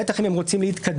בטח אם הם רוצים להתקדם.